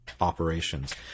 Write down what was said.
operations